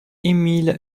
émile